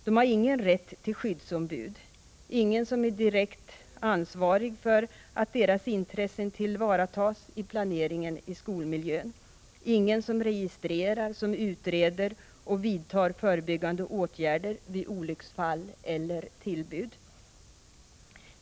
De har ingen rätt till skyddsombud, ingen som är direkt ansvarig för att deras intressen tillvaratas i planeringen av skolmiljön, ingen som registrerar, utreder och vidtar förebyggande åtgärder vid olycksfall eller tillbud.